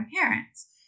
parents